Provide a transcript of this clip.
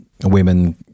women